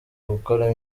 gukora